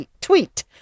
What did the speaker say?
tweet